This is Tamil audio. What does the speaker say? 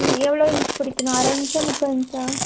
ம் எவ்வளோ இன்ச் பிடிக்கணும் அரை இன்ச்சா முக்கால் இன்ச்சா